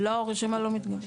לא, הרשימה לא מתגבשת.